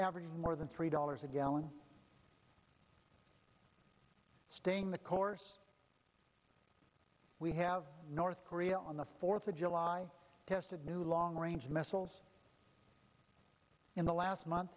more than three dollars a gallon staying the course we have north korea on the fourth of july tested new long range missiles in the last month